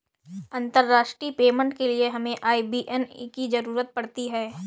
अंतर्राष्ट्रीय पेमेंट के लिए हमें आई.बी.ए.एन की ज़रूरत पड़ती है